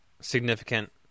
significant